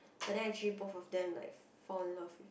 but then actually both of them like fall in love